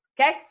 okay